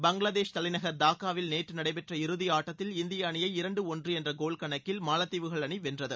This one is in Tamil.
பங்களாதேஷ் தலைநகர் டாக்காவில் நேற்று நடைபெற்ற இறுதியாட்டத்தில் இந்திய அணியை இரண்டு ஒன்று என்ற கோல் கணக்கில் மாலத்தீவுகள் அணி வென்றது